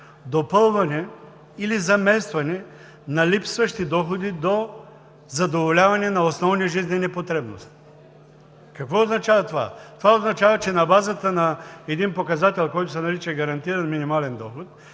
допълване или заместване на липсващите доходи до задоволяване на основните жизнени потребности. Какво означава това? Това означава, че на базата на един показател, който се нарича „гарантиран минимален доход“